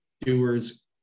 doers